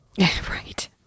Right